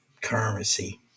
Currency